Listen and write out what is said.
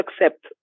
accept